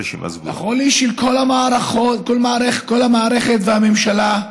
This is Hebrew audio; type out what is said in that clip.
החולי הוא של כל המערכת והממשלה,